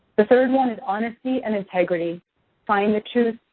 the third one is honesty and integrity find the truth,